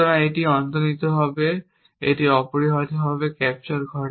সুতরাং এটি অন্তর্নিহিতভাবে এটি অপরিহার্যভাবে ক্যাপচার করে